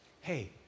hey